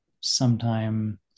sometime